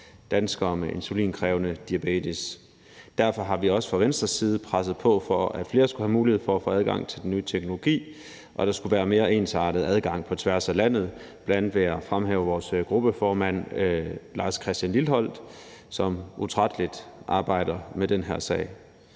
danskere med insulinkrævende diabetes. Derfor har vi også fra Venstres side presset på for, at flere skulle have mulighed for at få adgang til den nye teknologi, og at der skulle være en mere ensartet adgang på tværs af landet. Bl.a. vil jeg fremhæve vores gruppeformand, Lars Christian Lilleholt, som utrætteligt arbejder med den her sag.